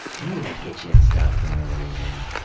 and he would like hit you and stuff for no reason,